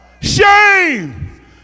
shame